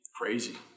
crazy